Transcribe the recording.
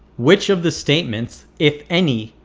which of the statements, if any,